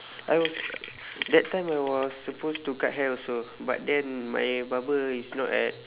I was that time I was supposed to cut hair also but then my barber is not at